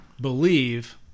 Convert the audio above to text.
believe